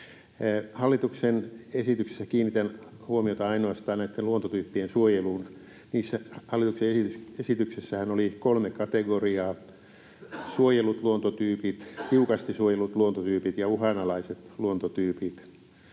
Hallituksen esityksessä kiinnitän huomiota ainoastaan näitten luontotyyppien suojeluun. Hallituksen esityksessähän oli kolme kategoriaa: suojellut luontotyypit, tiukasti suojellut luontotyypit ja uhanalaiset luontotyypit.